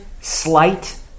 slight